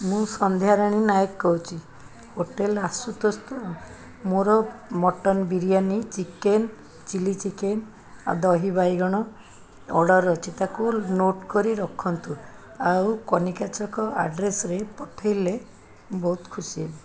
ମୁଁ ସନ୍ଧ୍ୟାରାଣୀ ନାୟକ କହୁଛି ହୋଟେଲ୍ ଆଶୁତୋଷ ତ ମୋର mutton biryani chicken chilli chicken ଆଉ ଦହି ବାଇଗଣ ଅର୍ଡ଼ର୍ ଅଛି ତାକୁ ନୋଟ୍ କରି ରଖନ୍ତୁ ଆଉ କନିକା ଛକ ଆଡ଼୍ରେସ୍ରେ ପଠାଇଲେ ବହୁତ ଖୁସି ହେବି